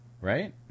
Right